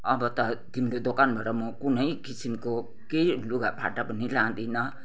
अब त तिम्रो दोकानबाट म कुनै किसिमको केही लुगाफाटा पनि लाँदिनँ